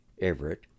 Everett